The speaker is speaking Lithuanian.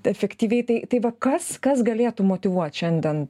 efektyviai tai tai va kas kas galėtų motyvuot šiandien